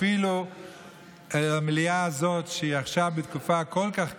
אפילו במליאה הזאת, שעכשיו היא בתקופה כל כך קשה,